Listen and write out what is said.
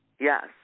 Yes